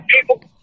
people